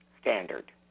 standard